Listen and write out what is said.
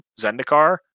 Zendikar